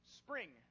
spring